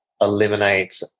eliminate